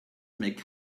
make